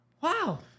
wow